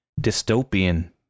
dystopian